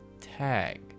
tag